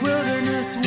Wilderness